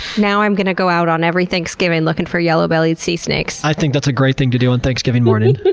now i'm gonna go out on every thanksgiving looking for yellow bellied sea snakes. i think that's a great thing to do on thanksgiving morning.